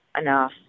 enough